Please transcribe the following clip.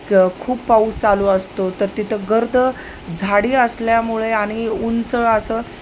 क खूप पाऊस चालू असतो तर तिथं गर्द झाडी असल्यामुळे आनि उंच असं